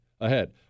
ahead